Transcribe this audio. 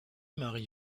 marie